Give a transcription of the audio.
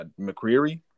McCreary